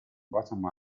bottom